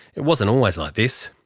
it wasn't always like this.